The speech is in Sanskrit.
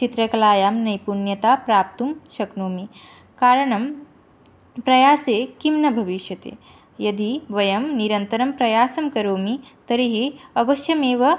चित्रकलायां नैपुण्यतां प्राप्तुं शक्नोमि कारणं प्रयासेन किं न भविष्यति यदि वयं निरन्तरं प्रयासं करोमि तर्हि अवश्यमेव